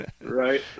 right